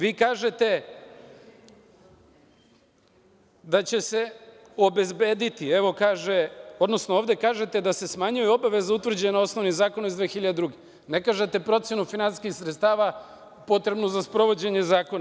Vi kažete da će se obezbediti, odnosno ovde kažete da se smanjuju obaveze utvrđene osnovnim zakonom iz 2002. godine, a ne kažete procenu finansijskih sredstava potrebnu za sprovođenje zakona.